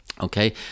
okay